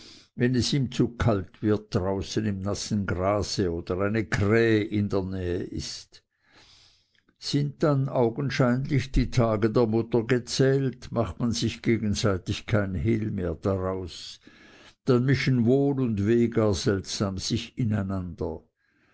wenn es ihm zu kalt wird draußen in nassem grase oder eine krähe in der nähe ist sind dann augenscheinlich die tage der mutter gezählt macht man sich gegenseitig kein hehl mehr daraus dann mischen wohl und weh gar seltsam sich ineinander